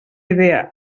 idea